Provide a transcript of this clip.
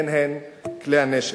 הן הן כלי הנשק.